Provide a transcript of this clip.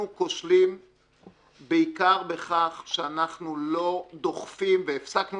אנחנו כושלים בעיקר בכך שאנחנו לא דוחפים והפסקנו